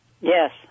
Yes